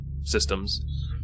systems